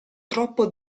troppo